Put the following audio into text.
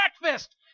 breakfast